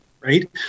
Right